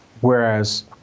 whereas